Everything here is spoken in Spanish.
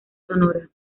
sonora